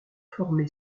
formé